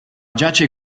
giace